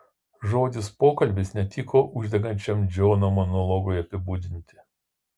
žodis pokalbis netiko uždegančiam džono monologui apibūdinti